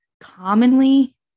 Commonly